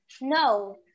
No